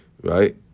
right